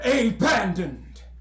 Abandoned